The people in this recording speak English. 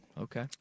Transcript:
okay